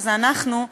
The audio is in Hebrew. שזה אנחנו,